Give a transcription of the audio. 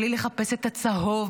בלי לחפש את הצהוב,